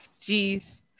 Jeez